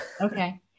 okay